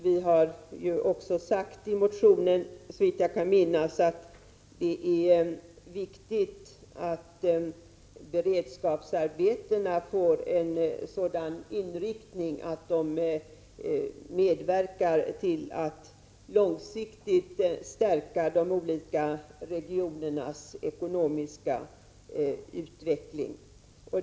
Vi har också, såvitt jag minns, framhål | lit i motionen att det är viktigt att beredskapsarbetena får en sådan inriktning att de medverkar till att långsiktigt stärka de olika regionernas ekonomiska utveckling.